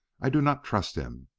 i do not trust him.